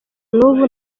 n’ubu